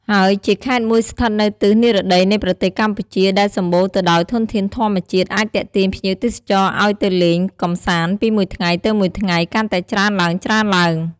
ហើយជាខេត្តមួយស្ថិតនៅទិសនិរតីនៃប្រទេសកម្ពុជាដែលសម្បូរទៅដោយធនធានធម្មជាតិអាចទាក់ទាញភ្ញៀវទេសចរឱ្យទៅលេងកម្សាន្តពីមួយថ្ងៃទៅមួយថ្ងៃកាន់តែច្រើនឡើងៗ។